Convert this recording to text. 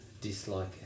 dislike